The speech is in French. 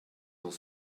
dans